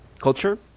culture